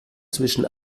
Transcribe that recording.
zwischen